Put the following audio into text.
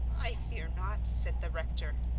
i fear not, said the rector.